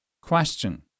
Question